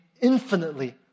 infinitely